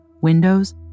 windows